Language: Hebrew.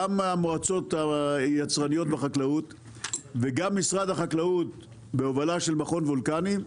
גם המועצות היצרניות בחקלאות וגם משרד החקלאות בהובלה של המכון הוולקני,